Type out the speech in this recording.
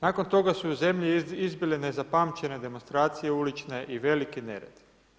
Nakon toga su u zemlji izbile nezapamćene demonstracije ulične i veliki nered.